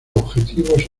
objetivos